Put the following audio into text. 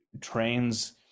trains